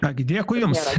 ką gi dėkui jums